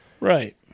Right